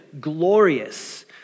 glorious